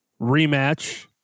rematch